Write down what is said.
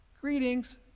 Greetings